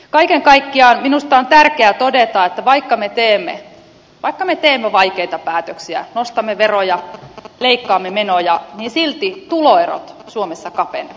kaiken kaikkiaan minusta on tärkeää todeta että vaikka me teemme vaikeita päätöksiä nostamme veroja leikkaamme menoja niin silti tuloerot suomessa kapenevat